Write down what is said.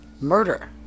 Murder